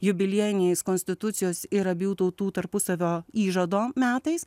jubiliejiniais konstitucijos ir abiejų tautų tarpusavio įžado metais